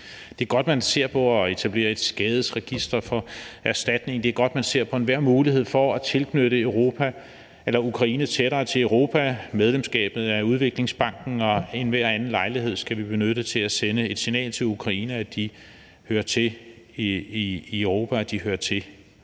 Det er godt, man ser på at etablere et skadesregister for erstatning. Det er godt, man ser på enhver mulighed for at knytte Ukraine tættere til Europa; medlemskabet af udviklingsbanken og enhver anden lejlighed skal vi benytte til at sende et signal til Ukraine om, at de hører til Europa,